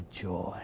joy